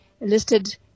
listed